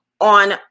on